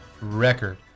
record